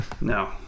No